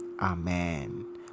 Amen